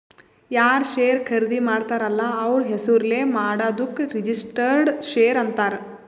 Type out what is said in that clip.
ಯಾರ್ ಶೇರ್ ಖರ್ದಿ ಮಾಡ್ತಾರ ಅಲ್ಲ ಅವ್ರ ಹೆಸುರ್ಲೇ ಮಾಡಾದುಕ್ ರಿಜಿಸ್ಟರ್ಡ್ ಶೇರ್ ಅಂತಾರ್